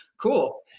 cool